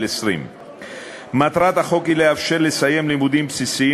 20. מטרת החוק היא לאפשר לסיים לימודים בסיסיים